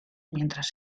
mientras